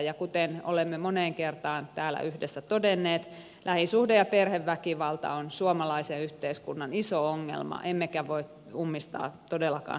ja kuten olemme moneen kertaan täällä yhdessä todenneet lähisuhde ja perheväkivalta on suomalaisen yhteiskunnan iso ongelma emmekä voi ummistaa todellakaan silmiämme tältä